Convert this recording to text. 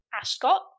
Ascot